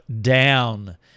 down